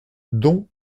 dont